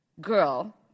girl